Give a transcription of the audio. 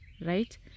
right